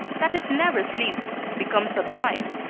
that it never sleeps, become sublime.